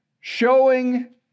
showing